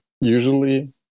usually